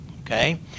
okay